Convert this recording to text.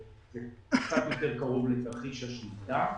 שזה קצת יותר קרוב לתרחיש השליטה.